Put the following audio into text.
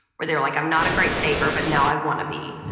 where they were like, i'm not a great saver, but now i want to be.